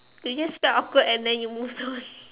you just felt awkward and then you move those